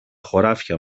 χωράφια